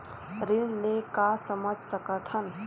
ऋण ले का समझ सकत हन?